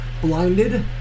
Blinded